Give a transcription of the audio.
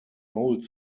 old